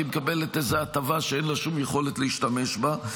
כי היא מקבלת איזו הטבה שאין לה שום יכולת להשתמש בה.